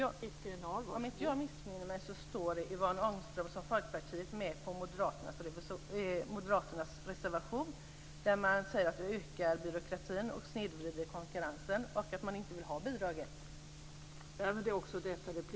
Fru talman! Om inte jag missminner mig står Yvonne Ångström och Folkpartiet med på Moderaternas reservation. Man säger att bidragen ökar byråkratin och snedvrider konkurrensen och att man inte vill ha dem.